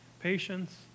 Patience